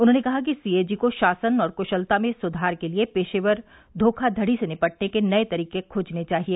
उन्होंने कहा कि सी ए जी को शासन और कूशलता में सुधार के लिए पेशेवर धोखाबड़ी से निपटने के नये तरीके खोजने चाहिए